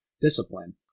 discipline